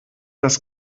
das